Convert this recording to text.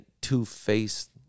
two-faced